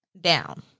down